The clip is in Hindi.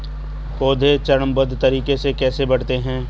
पौधे चरणबद्ध तरीके से कैसे बढ़ते हैं?